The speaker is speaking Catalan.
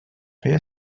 feia